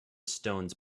stones